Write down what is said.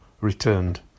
returned